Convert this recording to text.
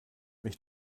mich